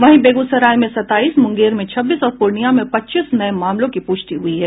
वहीं बेगूसराय में सताईस मुंगेर में छब्बीस और पूर्णिया में पच्चीस नये मामलों की पुष्टि हुई है